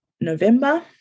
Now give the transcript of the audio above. November